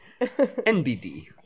NBD